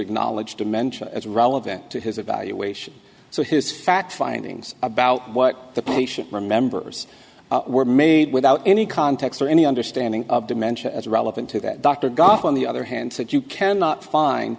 acknowledge dementia as relevant to his evaluation so his fact findings about what the patient remembers were made without any context or any understanding of dementia as relevant to that doctor got on the other hand said you cannot fin